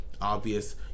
obvious